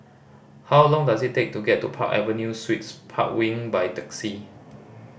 how long does it take to get to Park Avenue Suites Park Wing by taxi